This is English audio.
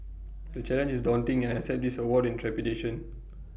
the challenge is daunting and I accept this award in trepidation